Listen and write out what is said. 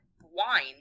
wine